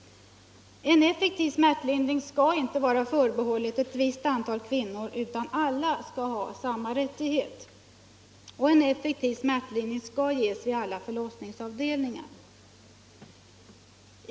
En effektiv smärtlindring skall inte vara förbehållen ett visst antal kvinnor utan alla skall ha samma rättigheter. En effektiv smärtlindring skall ges vid alla förlossningsavdelningar.